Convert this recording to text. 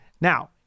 Now